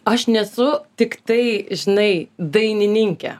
aš nesu tiktai žinai dainininke